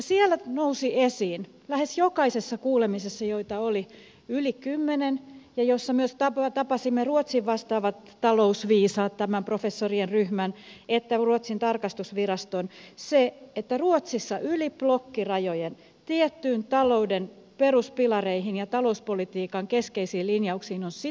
siellä nousi esiin lähes jokaisessa kuulemisessa joita oli yli kymmenen ja joissa myös tapasimme ruotsin vastaavat talousviisaat sekä professorien ryhmän että ruotsin tarkastusviraston se että ruotsissa yli blokkirajojen tiettyihin talouden peruspilareihin ja talouspolitiikan keskeisiin linjauksiin on sitouduttu